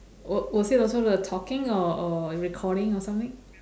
wa~ was it also the talking or or recording or something